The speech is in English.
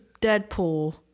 Deadpool